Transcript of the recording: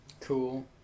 Cool